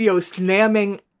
slamming